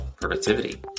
productivity